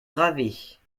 gravées